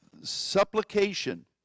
supplication